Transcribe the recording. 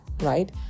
right